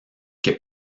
que